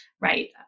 right